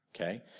okay